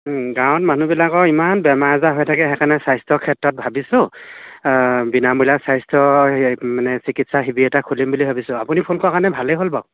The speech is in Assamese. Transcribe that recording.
গাঁৱত মানুহবিলাকৰ ইমান বেমাৰ আজাৰ হৈ থাকে সেইকাৰণে স্বাস্থ্য ক্ষেত্ৰত ভাবিছোঁ বিনামূলীয়া স্বাস্থ্য সে মানে চিকিৎসা শিবিৰ এটা খুলিম বুলি ভাবিছোঁ আপুনি ফোন কৰা কাৰণে ভালেই হ'ল বাৰু